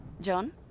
John